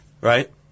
Right